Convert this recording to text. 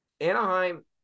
Anaheim